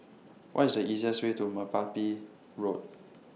What IS The easiest Way to Merpati Road